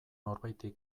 norbaiti